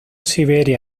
siberia